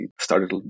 started